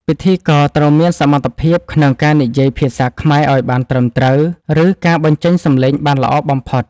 ពិធីករត្រូវមានសមត្ថភាពក្នុងការនិយាយភាសាខ្មែរឱ្យបានត្រឹមត្រូវ ឬ ការបញ្ចេញសម្លេងបានល្អបំផុត។